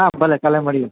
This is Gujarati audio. હા ભલે કાલે મળીએ